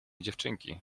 dziewczynki